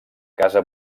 casa